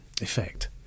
effect